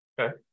Okay